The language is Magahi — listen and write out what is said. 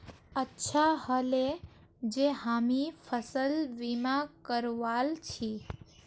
अच्छा ह ले जे हामी फसल बीमा करवाल छि